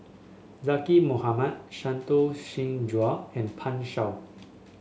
Zaqy Mohamad Santokh Singh Grewal and Pan Shou